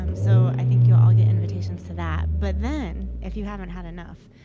um so i think you'll all get invitations to that. but then if you haven't had enough,